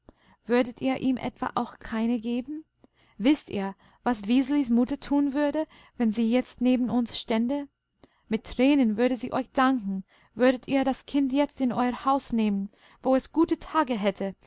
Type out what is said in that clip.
würdet ihr ihm etwa auch keine geben wißt ihr was wiselis mutter tun würde wenn sie jetzt neben uns stände mit tränen würde sie euch danken würdet ihr das kind jetzt in euer haus nehmen wo es gute tage hätte